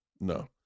no